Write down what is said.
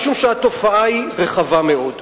משום שהתופעה היא רחבה מאוד.